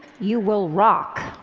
you will rock.